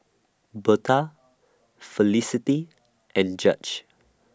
Birtha Felicity and Judge